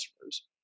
customers